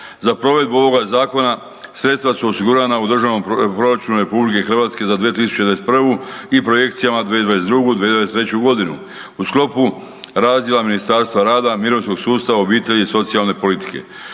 Za provedbu ovoga zakona sredstva su osigurana u državnom proračunu RH za 2021. i projekcijama za 2022. i 2023.g. u sklopu razdjela Ministarstva rada, mirovinskog sustava, obitelji i socijalne politike.